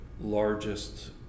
largest